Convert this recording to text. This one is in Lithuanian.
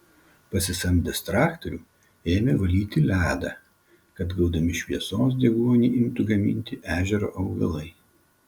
pasisamdęs traktorių ėmė valyti ledą kad gaudami šviesos deguonį imtų gaminti ežero augalai